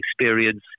experience